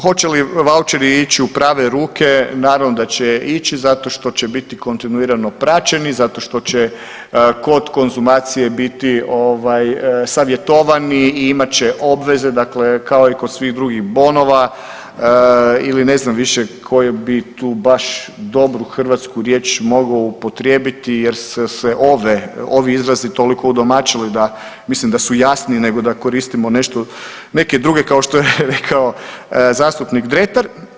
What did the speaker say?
Hoće li voucheri ići u prave ruke, naravno da će ići zato što će biti kontinuirano praćeni, zato što će kod konzumacije biti savjetovani i imat će obveze, dakle kao i kod svih drugih bonova ili ne znam više koju bi tu baš dobru hrvatsku riječ mogao upotrijebiti jer su se ovi izrazi toliko udomaćili, da mislim da su jasniji nego da koristimo nešto, neke druge kao što je rekao zastupnik Dretar.